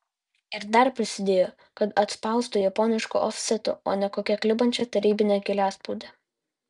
ir dar prisidėjo kad atspausta japonišku ofsetu o ne kokia klibančia tarybine giliaspaude